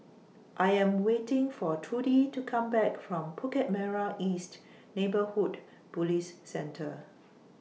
I Am waiting For Trudy to Come Back from Bukit Merah East Neighbourhood Police Centre